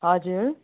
हजुर